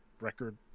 Record